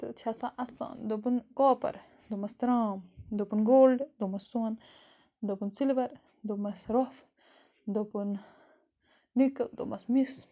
تہٕ چھےٚ سۄ اَسان دوٚپُن کاپَر دوٚپمَس ترٛام دوٚپُن گولڈ دوٚپمَس سۄن دوٚپُن سِلوَر دوٚپمَس رۄف دوٚپُن نِکٕل دوٚپمَس مِس